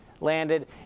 landed